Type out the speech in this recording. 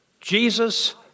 Jesus